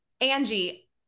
Angie